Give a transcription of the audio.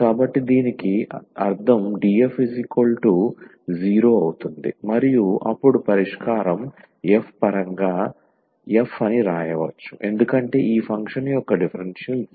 కాబట్టి దీని అర్థం 𝑑𝑓 0 అవుతుంది మరియు అప్పుడు పరిష్కారం f పరంగా f అని వ్రాయవచ్చు ఎందుకంటే ఈ ఫంక్షన్ యొక్క డిఫరెన్షియల్ 0